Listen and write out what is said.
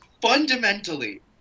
fundamentally